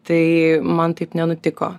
tai man taip nenutiko